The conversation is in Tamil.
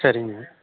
சரிங்க